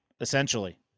essentially